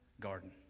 garden